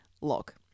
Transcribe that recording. lock